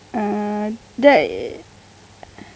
uh